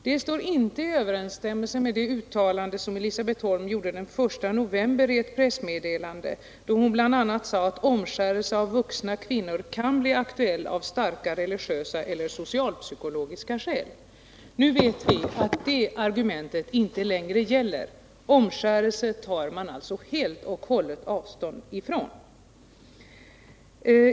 Det står inte i överensstämmelse med det uttalande som Elisabet Holm gjorde den 1 november i ett pressmeddelande, då hon bl.a. sade att omskärelse av vuxna kvinnor kan bli aktuell av starka religiösa eller socialpsykologiska skäl. Nu vet vi att det argumentet inte längre gäller. Omskärelse tar man alltså helt och hållet avstånd ifrån.